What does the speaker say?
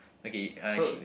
okay uh she